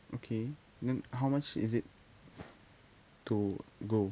okay then how much is it to go